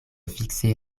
fikse